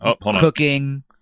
cooking